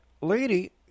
lady